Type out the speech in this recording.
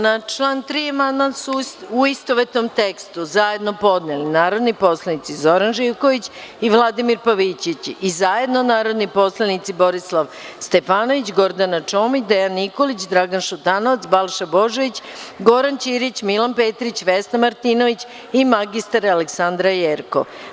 Na član 3. amandman su u istovetnom tekstu zajedno podneli narodni poslanici Zoran Živković i Vladimir Pavićević i zajedno narodni poslanici Borislav Stefanović, Gordana Čomić, Dejan Nikolić, Dragan Šutanovac, Balša Božović, Goran Ćirić, Milan Petrić, Vesna Martinović i mr Aleksandra Jerkov.